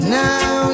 now